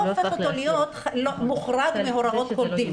הופך אותו להיות מוחרג מהוראות כל דין.